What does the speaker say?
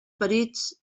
perits